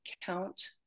count